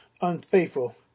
unfaithful